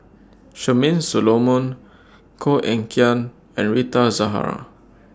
Charmaine Solomon Koh Eng Kian and Rita Zahara